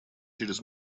через